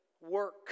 work